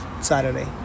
Saturday